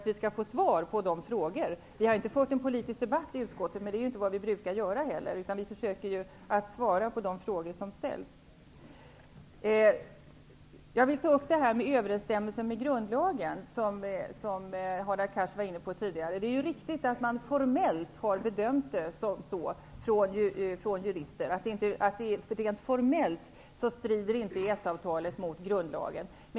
Vi har inte fört en politisk debatt i utskottet, men det brukar vi ju inte heller göra. Vi försöker svara på de frågor som ställs. Jag vill ta upp frågan om överenstämmelsen med grundlagen, som Hadar Cars var inne på tidigare. Det är riktigt att jurister från början har bedömt det så att EES-avtalet rent formellt inte strider mot grundlagen.